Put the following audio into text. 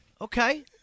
Okay